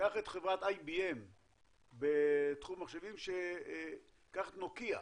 קח את חברת IBM בתחום מחשבים, קח את נוקייה,